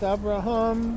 Abraham